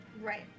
right